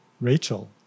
Rachel